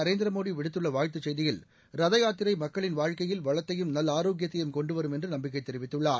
நரேந்திர மோடி விடுத்துள்ள வாழ்த்துச் செய்தியில் ரத யாத்திரை மக்களின் வாழ்க்கையில் வளத்தையும் நல்ஆரோக்கியத்தையும் கொண்டுவரும் என்று நம்பிக்கை தெரிவித்துள்ளார்